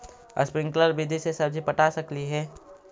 Sprinkle विधि से सब्जी पटा सकली हे?